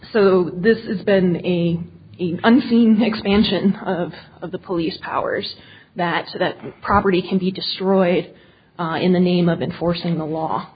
so this is been a unseen expansion of the police powers that property can be destroyed in the name of enforcing the law